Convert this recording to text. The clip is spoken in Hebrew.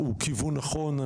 זה כיוון נכון.